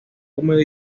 húmedo